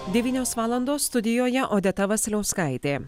devynios valandos studijoje odeta vasiliauskaitė